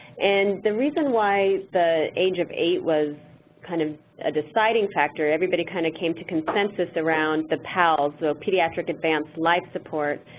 and the reason why the age of eight was kind of a deciding factor, everybody kind of came to consensus around the pals, or so pediatric advance life support.